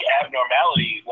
abnormality